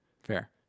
Fair